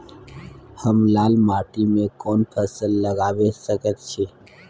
हम लाल माटी में कोन फसल लगाबै सकेत छी?